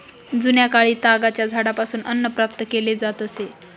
जुन्याकाळी तागाच्या झाडापासून अन्न प्राप्त केले जात असे